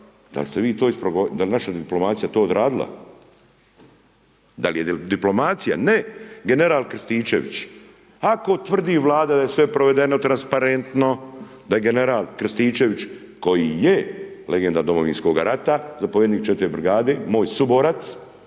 da li ste vi to, da li je naša diplomacija to odradila? Da li je diplomacija, ne general Krstičević, ako tvrdi Vlada da je sve provedeno transparentno, da je general Krstičević, koji je legenda Domovinskoga rata, zapovjednik 4. brigade, moj suborac,